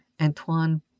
antoine